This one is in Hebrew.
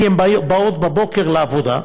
כי הן מגיעות בבוקר לעבודה,